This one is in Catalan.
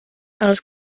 els